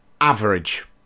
average